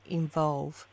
involve